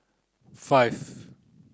five